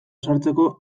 sartzeko